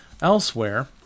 elsewhere